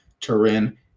Turin